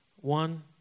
One